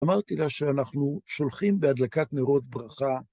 אמרתי לה שאנחנו שולחים בהדלקת נרות ברכה.